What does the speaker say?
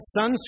sunscreen